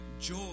joy